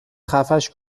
خفش